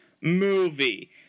movie